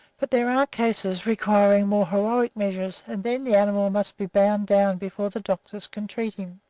but there are cases requiring more heroic measures, and then the animal must be bound down before the doctors can treat him.